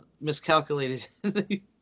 miscalculated